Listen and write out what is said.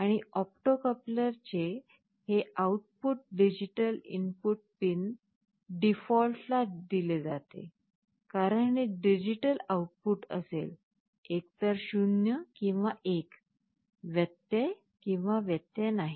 आणि ऑप्टो कपलरचे हे आउटपुट डिजिटल इनपुट पिन डीफॉल्टला दिले जाते कारण हे डिजिटल आउटपुट असेल एकतर 0 किंवा 1 व्यत्यय किंवा व्यत्यय नाही